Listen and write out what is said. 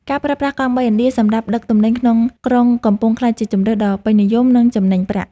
ការប្រើប្រាស់កង់បីឥណ្ឌាសម្រាប់ដឹកទំនិញក្នុងក្រុងកំពុងក្លាយជាជម្រើសដ៏ពេញនិយម និងចំណេញប្រាក់។